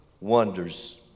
wonders